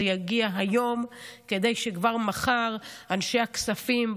יגיע היום כדי שכבר מחר אנשי הכספים,